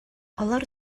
алар